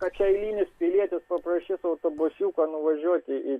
kad čia eilinis pilietis paprašys autobusiuko nuvažiuoti į